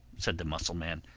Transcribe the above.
said the mussel-man.